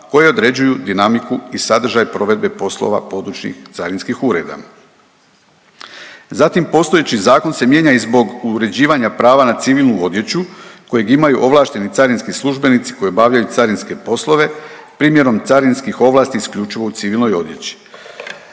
koje određuju dinamiku i sadržaj provedbe poslova područnih carinskih ureda. Zatim, postojeći zakon se mijenja i zbog uređivanja prava na civilnu odjeću kojeg imaju ovlašteni carinski službenici koji obavljaju carinske poslove primjenom carinskih ovlasti isključivo u civilnoj odjeći.